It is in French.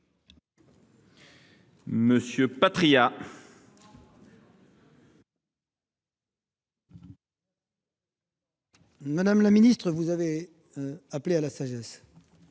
de vote. Madame la ministre, vous avez appelé à la sagesse.